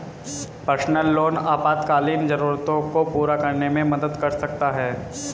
personal loan आपातकालीन जरूरतों को पूरा करने में मदद कर सकता है